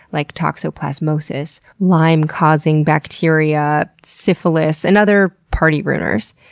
like toxoplasmosis, lyme-causing bacteria, syphilis, and other party ruiners.